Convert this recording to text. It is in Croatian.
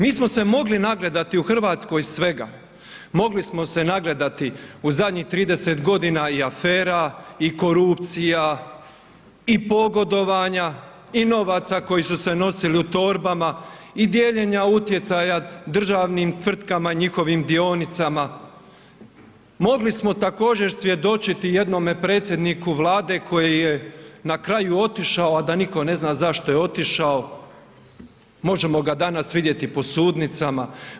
Mi smo se mogli nagledati u Hrvatskoj svega, mogli smo se nagledati u zadnjih 30 g. i afera i korupcija i pogodovanja i novaca koji su se nosili u torbama i dijeljenja utjecaja državnim tvrtkama i njihovim dionicama, mogli smo također svjedočiti jednome predsjedniku Vlade koji je na kraju otišao a da nitko ne zna zašto je otišao, možemo ga danas vidjeti po sudnicama.